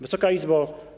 Wysoka Izbo!